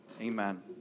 Amen